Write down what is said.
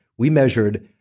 we measured,